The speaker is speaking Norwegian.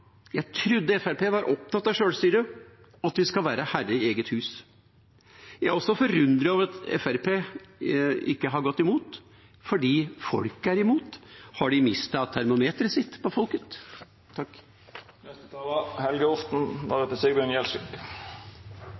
Jeg trodde Fremskrittspartiet var opptatt av sjølstyre og at vi skal være herre i eget hus. Jeg er også forundret over at Fremskrittspartiet ikke har gått imot, fordi folket er imot. Har de mistet termometeret sitt på folket?